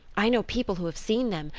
i know people who have seen them.